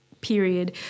period